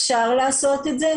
אפשר לעשות את זה,